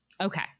Okay